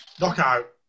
Knockout